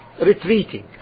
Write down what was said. retreating